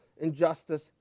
injustice